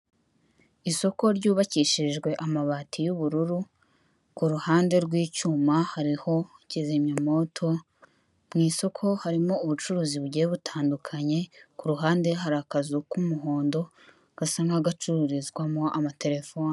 Isoko ryubakishirijwe amabati y'ubururu kuruhande rw'icyuma hariho kizimyamwoto mu isoko harimo ubucuruzi bugiye butandukanye kuruhande hari akazu k'umuhondo gasa nk'agacururizwamo amatelefone.